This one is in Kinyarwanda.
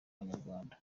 banyarwanda